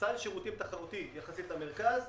סל שירותים תחרותי יחסית למרכז,